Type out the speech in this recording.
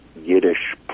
yiddish